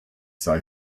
sei